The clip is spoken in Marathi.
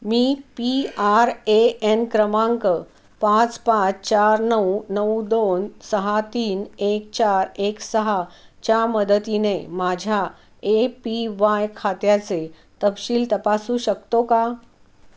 me P R A N क्रमांक पाच पाच चार नऊ नऊ दोन सहा तीन एक चार एक सहा च्या मदतीने माझ्या ए पी वाय खात्याचे तपशील तपासू शकतो का